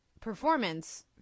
performance